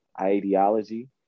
ideology